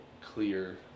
clear